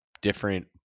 different